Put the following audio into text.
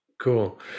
Cool